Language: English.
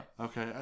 Okay